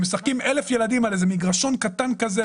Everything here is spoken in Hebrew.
הם משחקים 1,000 ילדים על איזה מגרשון קטן כזה.